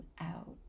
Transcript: out